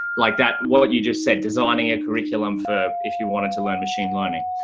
like that what you just said, designing a curriculum for if you wanted to learn machine learning.